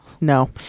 no